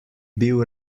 bil